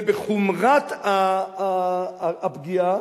ובחומרת הפגיעה,